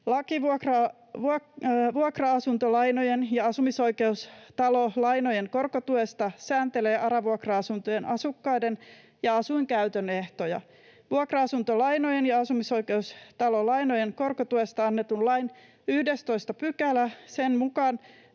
Laki vuokra-asuntolainojen ja asumisoikeustalolainojen korkotuesta sääntelee ARA-vuokra-asuntojen asukkaiden ja asuinkäytön ehtoja. Vuokra-asuntolainojen ja asumisoikeustalolainojen korkotuesta annetun lain 11 §:n mukaan